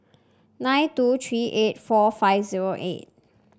nine two three eight four five zero eight